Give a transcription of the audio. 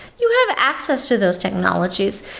you have access to those technologies.